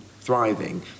thriving